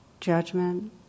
judgment